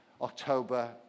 October